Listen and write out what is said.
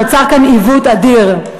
נוצר כאן עיוות אדיר,